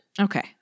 okay